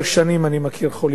אני מכיר חולים כאלה